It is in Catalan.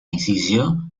incisió